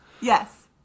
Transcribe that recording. Yes